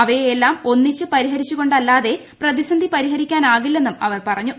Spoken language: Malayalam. അവയെ എല്ലാം ഒന്നിച്ച് പരിഹരിച്ചുകൊണ്ടല്ലാതെ പ്രതിസന്ധി പ്രിഹരിക്കാനാകില്ലെന്നും അവർ പറഞ്ഞു